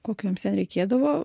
kokio joms ten reikėdavo